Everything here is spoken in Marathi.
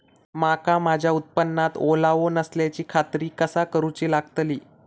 मका माझ्या उत्पादनात ओलावो नसल्याची खात्री कसा करुची लागतली?